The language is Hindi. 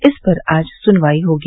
इस पर आज सुनवाई होगी